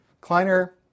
Kleiner